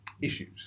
issues